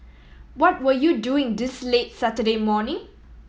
what were you doing this late Saturday morning